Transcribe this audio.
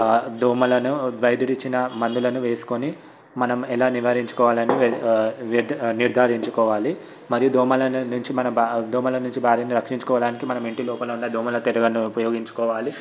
దోమలను వైద్యుడు ఇచ్చిన మందులను వేసుకొని మనం ఎలా నివారించుకోవాలని నిర్ధారించుకోవాలి మరియు దోమల నుంచి మన దోమల నుంచి భారిన రక్షించుకోవడానికి మనం ఇంటి లోపల ఉన్న దోమల తెరలను ఉపయోగించుకోవాలి